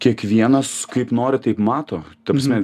kiekvienas kaip nori taip mato ta prasme